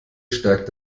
stärkt